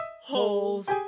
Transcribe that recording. holes